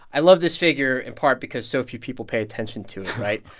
i love this figure in part because so few people pay attention to it, right?